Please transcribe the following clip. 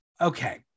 Okay